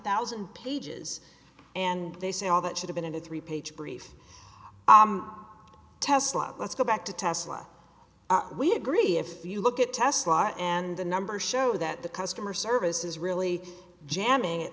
thousand pages and they say all that should have been a three page brief tesla let's go back to tesla we agree if you look at tesla and the numbers show that the customer service is really jamming at